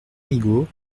migaud